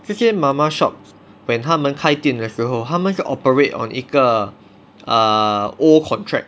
这些 mama shops when 他们开店的时候他们是 operate on 一个 old contract